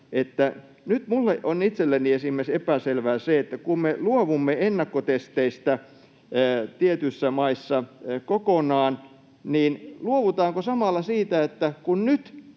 nyt minulle itselleni on epäselvää esimerkiksi se, että kun me luovumme ennakkotesteistä tietyissä maissa kokonaan, niin luovutaanko samalla siitä, että kun